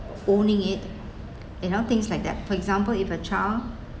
owning it you know things like that for example if a child